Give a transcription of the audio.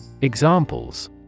Examples